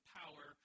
power